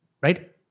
right